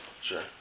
Sure